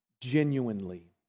genuinely